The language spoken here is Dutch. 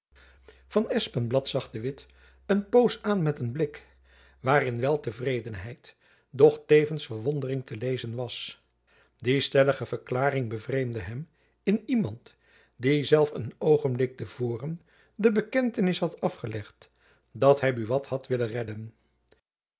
van espenblad zag de witt een poos aan met een blik waarin wel tevredenheid doch tevens verjacob van lennep elizabeth musch wondering te lezen was die stellige verklaring bevreemde hem in iemand die zelf een oogenblik te voren de bekentenis had afgelegd dat hy buat had willen redden